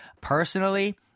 Personally